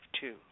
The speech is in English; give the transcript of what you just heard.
two